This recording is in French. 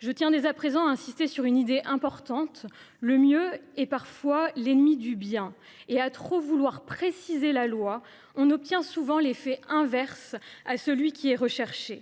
Je tiens à insister sur une idée importante : le mieux est parfois l’ennemi du bien. À trop vouloir préciser la loi, on obtient souvent l’effet inverse à celui que l’on recherche.